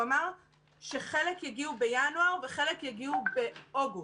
הוא אמר שחלק יגיעו בינואר וחלק יגיעו באוגוסט,